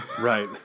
Right